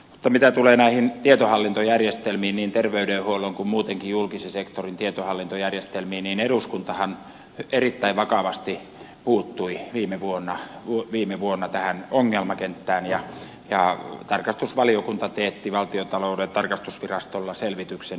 mutta mitä tulee näihin tietohallintojärjestelmiin niin terveydenhuollon kuin muutenkin julkisen sektorin tietohallintojärjestelmiin niin eduskuntahan erittäin vakavasti puuttui viime vuonna tähän ongelmakenttään ja tarkastusvaliokunta teetti valtiontalouden tarkastusvirastolla selvityksen